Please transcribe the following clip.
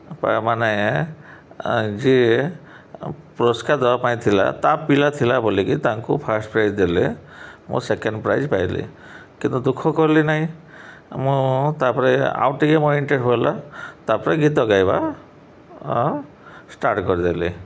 ମାନେ ଯିଏ ପୁରସ୍କାର ଦେବାପାଇଁ ଥିଲା ତା ପିଲା ଥିଲା ବୋଲିକି ତାଙ୍କୁ ଫାଷ୍ଟ୍ ପ୍ରାଇଜ୍ ଦେଲେ ମୁଁ ସେକେଣ୍ଡ୍ ପ୍ରାଇଜ୍ ପାଇଲି କିନ୍ତୁ ଦୁଃଖ କଲି ନାହିଁ ମୁଁ ତା'ପରେ ଆଉ ଟିକିଏ ମୋ ଇଣ୍ଟ୍ରେଷ୍ଟ୍ ଗଲା ତା'ପରେ ଗୀତ ଗାଇବା ଷ୍ଟାର୍ଟ୍ କରିଦେଲି